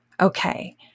Okay